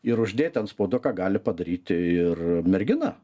ir uždėti antspauduką gali padaryti ir mergina